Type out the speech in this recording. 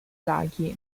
laghi